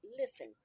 Listen